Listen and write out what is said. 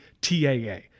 TAA